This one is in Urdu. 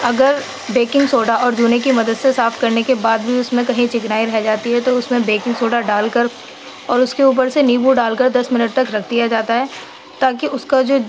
اگر بیکنگ سوڈا اور جونے کی مدد سے صاف کرنے کے بعد بھی اس میں کہیں چکنائی رہ جاتی ہے تو اس میں بینکگ سوڈا ڈال کر اور اس کے اوپر سے نیمبو ڈال کر دس منٹ تک رکھ دیا جاتا ہے تاکہ اس کا جو